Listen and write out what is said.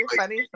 funny